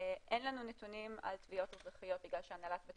אין לנו נתונים על תביעות אזרחיות משום שהנהלת בית